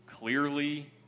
Clearly